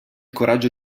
coraggio